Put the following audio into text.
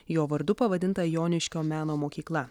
jo vardu pavadinta joniškio meno mokykla